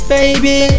Baby